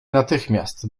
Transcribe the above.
natychmiast